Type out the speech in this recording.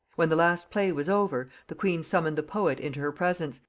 when the last play was over, the queen summoned the poet into her presence,